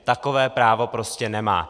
Takové právo prostě nemá.